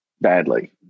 badly